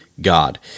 God